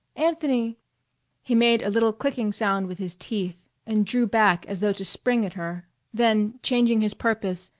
anthony he made a little clicking sound with his teeth and drew back as though to spring at her then, changing his purpose,